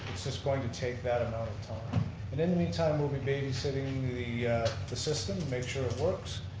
it's just going to take that amount of time. and in the mean time we'll be babysitting the the system, make sure it works.